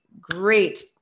great